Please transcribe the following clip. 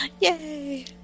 Yay